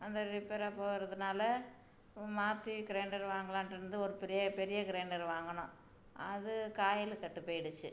அந்த ரிப்பேராக போகறதுனால மாற்றி க்ரேண்டரு வாங்கலாண்ட்டுருந்து ஒரு பெரிய பெரிய க்ரேண்டரு வாங்கினோம் அது காயலு கெட்டுப் போய்டுச்சு